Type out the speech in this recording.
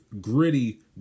gritty